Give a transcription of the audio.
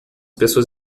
pessoas